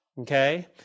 okay